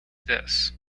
this